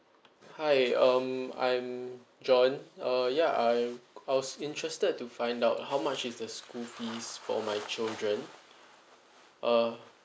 hi um I'm john uh yeah I I was interested to find out how much is the school fees for my children uh